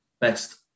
Best